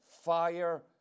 Fire